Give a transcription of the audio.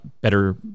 better